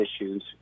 issues